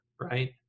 right